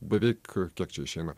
beveik kiek čia išeina